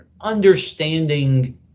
understanding